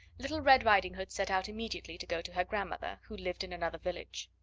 little red riding-hood set out immediately to go to her grandmother, who lived in another village.